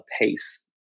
pace